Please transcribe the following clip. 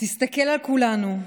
תסתכל על כולנו,